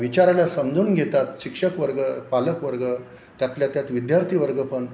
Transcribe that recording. विचारानं समजून घेतात शिक्षक वर्ग पालकवर्ग त्यातल्या त्यात विद्यार्थी वर्ग पण